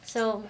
so